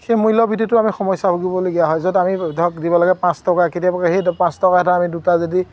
সেই মূল্য বৃদ্ধিটো আমি সমস্যা ভুগিবলগীয়া হয় য'ত আমি ধৰক দিব লাগে পাঁচ টকা কেতিয়াবা সেই পাঁচ টকা এটা আমি দুটা যদি